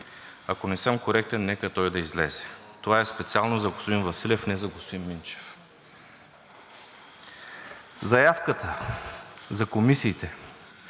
Ако не съм коректен, нека той да излезе. Това е специално за господин Василев, не за господин Минчев. Заявката за комисиите